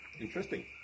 Interesting